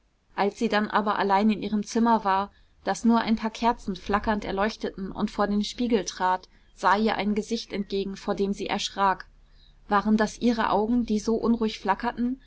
als sie aber dann allein in ihrem zimmer war das nur ein paar kerzen flackernd erleuchteten und vor den spiegel trat sah ihr ein gesicht entgegen vor dem sie erschrak waren das ihre augen die so unruhig flackerten